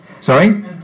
Sorry